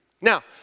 Now